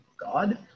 God